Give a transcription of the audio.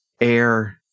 air